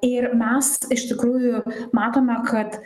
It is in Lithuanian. ir mes iš tikrųjų matome kad